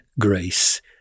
grace